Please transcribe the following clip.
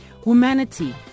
Humanity